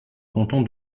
canton